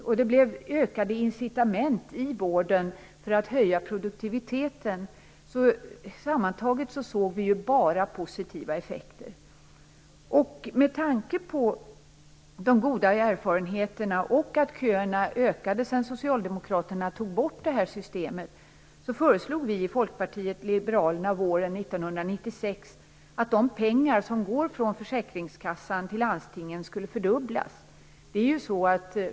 Och det blev ökade incitament i vården för att man skulle höja produktiviteten. Sammantaget såg vi bara positiva effekter. Med tanke på de goda erfarenheterna och att köerna ökade sedan Socialdemokraterna tog bort det här systemet föreslog vi i Folkpartiet liberalerna våren 1996 att de pengar som går från försäkringskassan till landstingen skulle fördubblas.